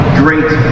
great